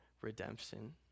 redemption